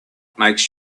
makes